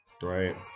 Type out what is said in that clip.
right